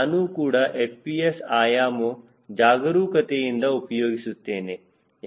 ನಾನು ಕೂಡ FPS ಆಯಾಮ ಜಾಗರೂಕತೆಯಿಂದ ಉಪಯೋಗಿಸುತ್ತೇನೆ